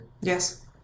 Yes